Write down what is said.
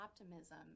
optimism